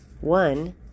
One